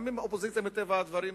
מטבע הדברים,